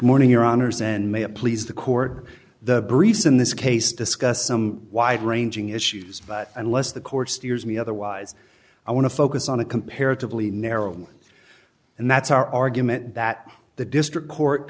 morning your honour's and may it please the court the briefs in this case discuss some wide ranging issues unless the court steers me otherwise i want to focus on a comparatively narrow and that's our argument that the district court